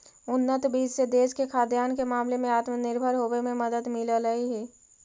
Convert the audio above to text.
उन्नत बीज से देश के खाद्यान्न के मामले में आत्मनिर्भर होवे में मदद मिललई